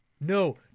No